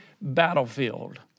battlefield